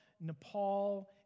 Nepal